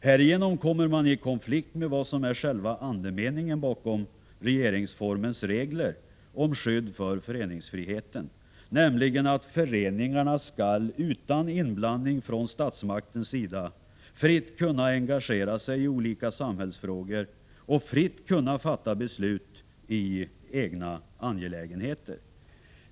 Härigenom kommer man i konflikt med vad som är själva andemeningen i regeringsformens regler om skydd för föreningsfriheten, nämligen att föreningarna utan inblandning från statsmakten fritt skall kunna engagera sig i olika samhällsfrågor och fritt fatta beslut i sina egna angelägenheter.